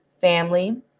family